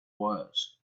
was